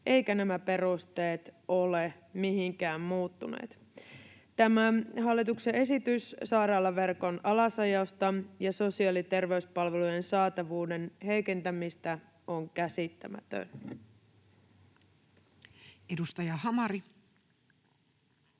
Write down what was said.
eivätkä nämä perusteet ole mihinkään muuttuneet. Tämä hallituksen esitys sairaalaverkon alasajosta ja sosiaali- ja terveyspalvelujen saatavuuden heikentämisestä on käsittämätön. [Speech 97]